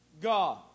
God